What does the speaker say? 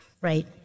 Right